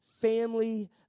family